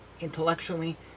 intellectually